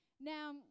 Now